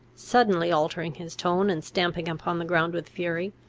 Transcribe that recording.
suddenly altering his tone, and stamping upon the ground with fury,